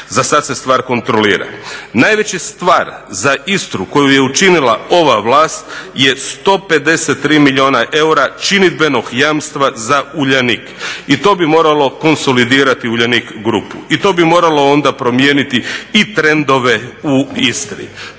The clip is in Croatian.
Za sad se stvar kontrolira. Najveća stvar za Istru koju je učinila ova vlast je 153 milijuna eura činidbenog jamstva za Uljanik i to bi moralo konsolidirati Uljanik grupu. I to bi moralo onda promijeniti i trendove u Istri.